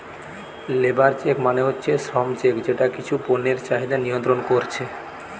labour check মানে হচ্ছে শ্রম চেক যেটা কিছু পণ্যের চাহিদা নিয়ন্ত্রণ কোরছে